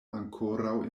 ankoraŭ